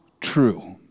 true